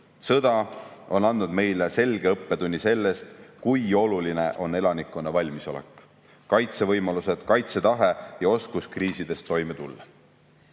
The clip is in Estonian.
Sõda on andnud meile selge õppetunni sellest, kui oluline on elanikkonna valmisolek, kaitsevõimalused, kaitsetahe ja oskus kriisides toime